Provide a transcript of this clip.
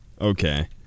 okay